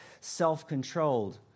self-controlled